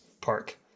Park